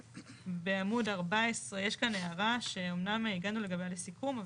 בעמוד 14 יש כאן הערה שאמנם הגענו לגביה לסיכום.